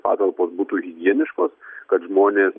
patalpos būtų higieniškos kad žmonės